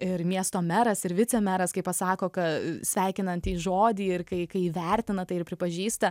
ir miesto meras ir vicemeras kai pasako ka sveikinantį žodį ir kai kai įvertina tai ir pripažįsta